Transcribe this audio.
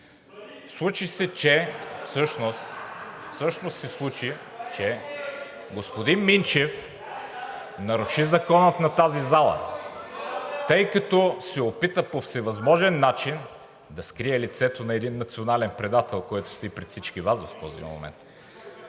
случи се, че господин Минчев наруши закона на тази зала, тъй като се опита по всевъзможен начин да скрие лицето на един национален предател, който стои пред всички Вас в този момент.